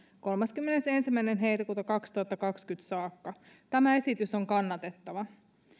kolmaskymmenesensimmäinen heinäkuuta kaksituhattakaksikymmentä saakka tämä esitys on kannatettava